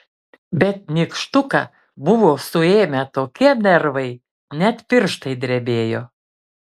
bet nykštuką buvo suėmę tokie nervai net pirštai drebėjo